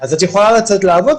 אז את יכולה לצאת לעבוד,